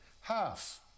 half